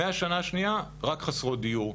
ומהשנה השנייה רק חסרות דיור,